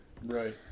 Right